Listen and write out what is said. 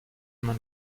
man